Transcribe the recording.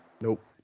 Nope